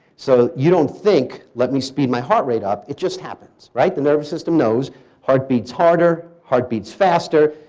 so you don't think, let me speed my heart rate up, it just happens. right. the nervous system knows heart beat harder, heart beats faster,